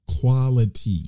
quality